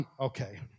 Okay